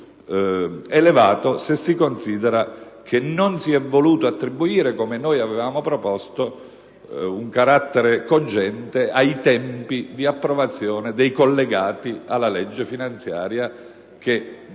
è tanto più elevato, se si tiene conto del fatto che non si è voluto attribuire, come noi avevamo proposto, un carattere cogente ai tempi di approvazione dei collegati alla legge finanziaria che contenessero